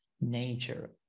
nature